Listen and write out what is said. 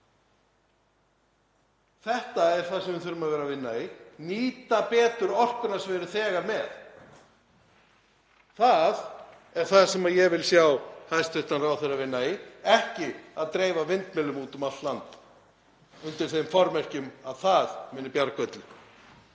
Þetta er það sem við þurfum að vera að vinna í, að nýta betur orkuna sem við erum þegar með. Það er það sem ég vil sjá hæstv. ráðherra vera að vinna í, ekki að vera að dreifa vindmyllum úti um allt land undir þeim formerkjum að það muni bjarga öllu.